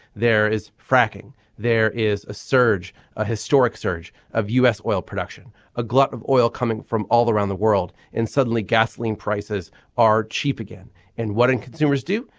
there is fracking there is a surge a historic surge of u s. oil production a glut of oil coming from all around the world. and suddenly gasoline prices are cheap again and what can and consumers do.